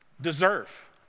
deserve